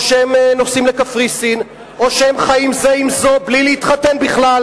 או שהם נוסעים לקפריסין או שהם חיים זה עם זו בלי להתחתן בכלל,